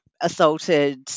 assaulted